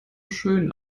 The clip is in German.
schön